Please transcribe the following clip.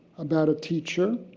about a teacher